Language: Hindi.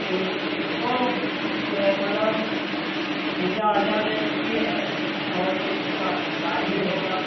उस उसको मतलब पूजा ऊजा में लगती है और उसका कुछ उसका कार्य भी होगा